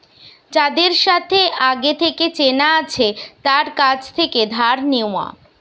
যাদের সাথে আগে থেকে চেনা আছে তার কাছ থেকে ধার নেওয়া